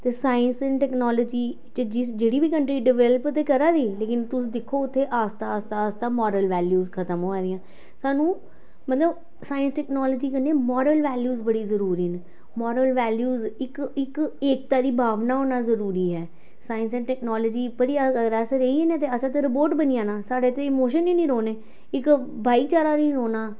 ते science and technology च जिस जेह्ड़ी बी कंट्री डेवलप ते करा दी लेकिन तुस दिक्खो उत्थें आस्तै आस्तै आस्तै मोरल वैल्यूज़ खत्म होआ दियां सानूं मतलब साइंस टेक्नोलॉजी कन्नै मोरल वैल्यूज़ बड़ी जरूरी न मोरल वैल्यूज़ इक इक एकता दी भावना होना जरूरी ऐ साइंस एंड टेक्नोलॉजी बड़ी अस रेही ना असें ते रोबोट बनी जाना साढ़े च ते इमोशन गै निं रौह्ने इक भाईचारा निं रौह्नां